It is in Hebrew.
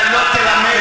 אתה לא תלמד אותי.